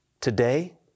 Today